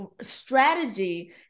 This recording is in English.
strategy